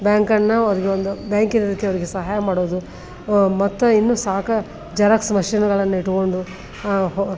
ಬ್ಯಾಂಕನ್ನು ಅವ್ರಿಗೆ ಒಂದು ಬ್ಯಾಂಕಿನ ರೀತಿ ಅವರಿಗೆ ಸಹಾಯ ಮಾಡೋದು ಮತ್ತೆ ಇನ್ನು ಸಾಕ ಜರಾಕ್ಸ್ ಮಷಿನ್ಗಳನ್ನು ಇಟ್ಟುಕೊಂಡು ಹೊ